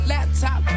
Laptop